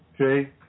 Okay